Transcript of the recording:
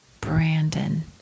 Brandon